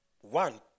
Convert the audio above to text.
one